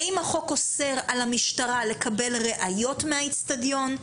האם החוק אוסר על המשטרה לקבל ראיות מהאצטדיון?